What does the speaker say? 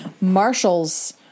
Marshall's